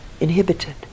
inhibited